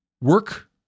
work